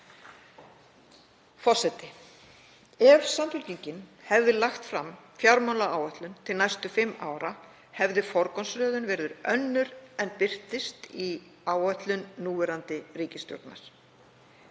Forseti. Ef Samfylkingin hefði lagt fram fjármálaáætlun til næstu fimm ára hefði forgangsröðun verið önnur en birtist í áætlun núverandi ríkisstjórnar.